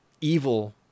evil